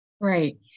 Right